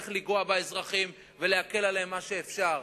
איך לגעת באזרחים ולהקל עליהם מה שאפשר.